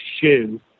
shoe